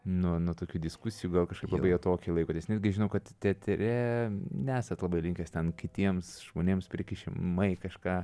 nuo nuo tokių diskusijų gal kažkaip labai atokiai laikotės netgi žinau kad teatre nesat labai linkęs ten kitiems žmonėms prikišimai kažką